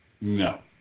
No